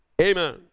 Amen